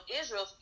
Israel